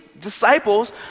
disciples